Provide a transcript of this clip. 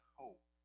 hope